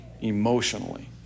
emotionally